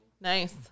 Nice